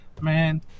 Man